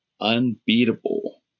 Unbeatable